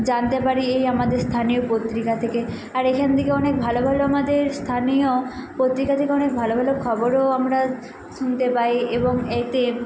জানতে পারি এই আমাদের স্থানীয় পত্রিকা থেকে আর এখান থেকে অনেক ভালো ভালো আমাদের স্থানীয় পত্রিকা থেকে অনেক ভালো ভালো খবরও আমরা শুনতে পাই এবং এতে